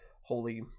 holy